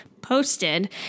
posted